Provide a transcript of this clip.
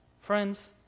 friends